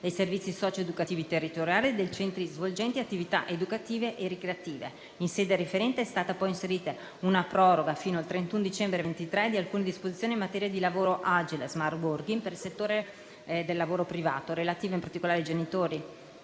dei servizi socio-educativi territoriali e dei centri svolgenti attività educative e ricreative. In sede referente, è stata poi inserita una proroga fino al 31 dicembre 2023 di alcune disposizioni in materia di lavoro agile (*smart working*), per il settore del lavoro privato, relative in particolare a genitori